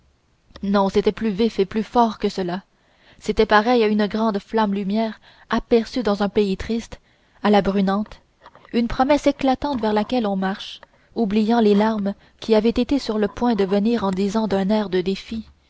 non c'était plus vif et plus fort que cela c'était pareil à une grande flamme lumière aperçue dans un pays triste à la brunante une promesse éclatante vers laquelle on marche oubliant les larmes qui avaient été sur le point de venir en disant d'un air de défi